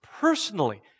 personally